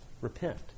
Repent